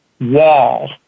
wall